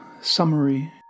Summary